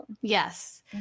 Yes